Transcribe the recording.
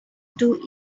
two